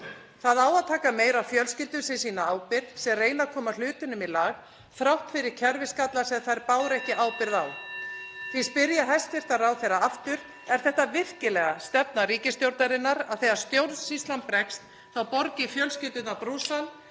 Það á að taka meira af fjölskyldum sem sýna ábyrgð, sem reyna að koma hlutunum í lag þrátt fyrir kerfisgalla sem þær báru ekki ábyrgð á. Því spyr ég hæstv. ráðherra aftur: (Forseti hringir.) Er þetta virkilega stefna ríkisstjórnarinnar, að þegar stjórnsýslan bregst þá borgi fjölskyldurnar brúsann,